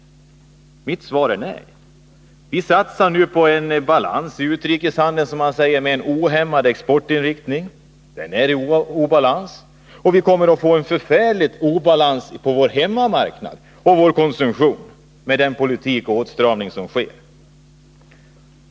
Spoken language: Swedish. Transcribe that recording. Mitt svar är nej. Vi satsar nu på balans i utrikeshandeln, med en ohämmad exportinriktning. Där har vi en obalans. Med den nuvarande politiken och åtstramningen kommer vi också att få en svår obalans på vår hemmamarknad och i vår konsumtion.